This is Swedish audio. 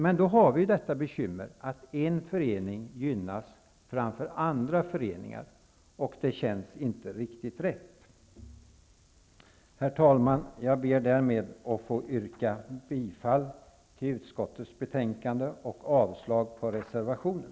Men då har vi bekymret att en förening gynnas framför andra föreningar, och det känns inte riktigt rätt. Herr talman! Jag ber med detta att få yrka bifall till utskottets hemställan och avslag på reservationen.